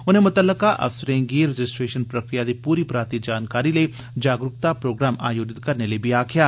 उनें मुतलका अधिकारिएं गी रजिस्ट्रेषन प्रक्रिया दी पूरी पराती जानकारी लेई जागरूकता प्रोग्राम आयोजत करने लेई बी आक्खेआ